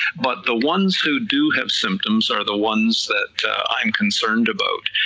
but the ones who do have symptoms are the ones that i'm concerned about,